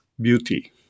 beauty